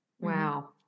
Wow